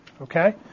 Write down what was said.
Okay